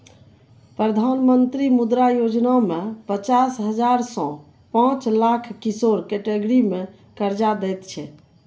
प्रधानमंत्री मुद्रा योजना मे पचास हजार सँ पाँच लाख किशोर कैटेगरी मे करजा दैत छै